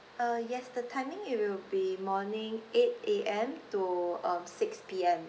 uh yes the timing it will be morning eight A_M to um six P_M